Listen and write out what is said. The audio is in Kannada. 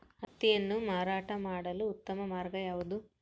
ಹತ್ತಿಯನ್ನು ಮಾರಾಟ ಮಾಡಲು ಉತ್ತಮ ಮಾರ್ಗ ಯಾವುದು?